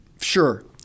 sure